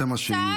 זה מה שיהיה.